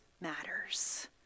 matters